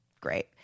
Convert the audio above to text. great